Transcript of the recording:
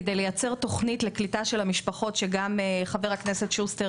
כדי לייצר תוכנית לקליטה של המשפחות שגם חבר הכנסת שוסטר,